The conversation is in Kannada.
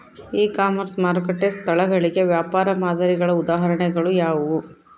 ಇ ಕಾಮರ್ಸ್ ಮಾರುಕಟ್ಟೆ ಸ್ಥಳಗಳಿಗೆ ವ್ಯಾಪಾರ ಮಾದರಿಗಳ ಉದಾಹರಣೆಗಳು ಯಾವುವು?